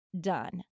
done